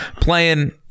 playing